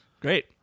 Great